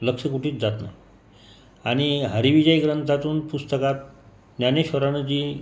लक्ष कुठंच जात नाही आणि हरिविजय ग्रंथातून पुस्तकात ज्ञानेश्वरानं जी